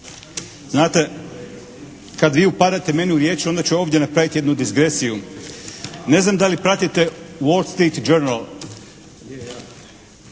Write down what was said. Znate, kad vi meni upadate u riječ onda ću ovdje napraviti jednu disgresiju. Ne znam da li pratite "world street journal"?